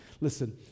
listen